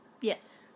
Yes